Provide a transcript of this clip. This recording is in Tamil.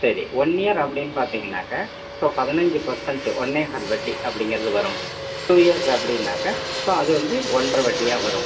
சரி ஒன் இயர் அப்படின்னு பார்த்தீங்கன்னாக்க இப்போ பதினஞ்சு பர்சன்ட்டு ஒன்றேகால் வட்டி அப்படிங்குறது வரும் டூ இயர்ஸ் அப்படின்னாக்கா ஸோ அது வந்து ஒன்றரை வட்டியாக வரும்